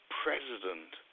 president